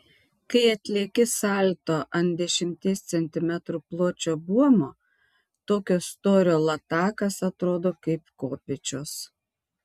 kai atlieki salto ant dešimties centimetrų pločio buomo tokio storio latakas atrodo kaip kopėčios